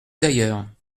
d’ailleurs